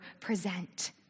present